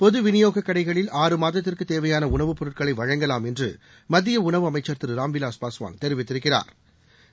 பொதுவிநியோக கடைகளில் ஆறு மாதத்திற்கு தேவையான உணவுப் பொருட்களை வழங்கலாம் என்று மத்திய உணவு அமைச்சா் திரு ராம்விலாஸ் பாஸ்வான் தெரிவித்திருக்கிறாா்